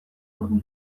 dugu